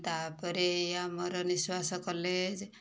ତା'ପରେ ଏଇ ଆମର ନିଶ୍ୱାସ କଲେଜ୍